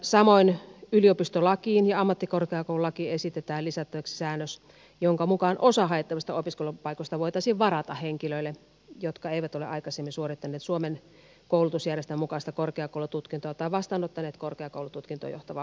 samoin yliopistolakiin ja ammattikorkeakoululakiin esitetään lisättäväksi säännös jonka mukaan osa haettavista opiskelupaikoista voitaisiin varata henkilöille jotka eivät ole aikaisemmin suorittaneet suomen koulutusjärjestelmän mukaista korkeakoulututkintoa tai vastaanottaneet korkeakoulututkintoon johtavaa opiskelijapaikkaa